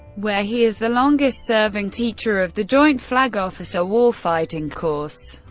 where he is the longest-serving teacher of the joint flag officer warfighting course.